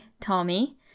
Tommy